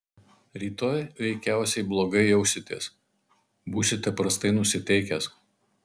rytoj veikiausiai blogai jausitės būsite prastai nusiteikęs